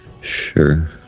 Sure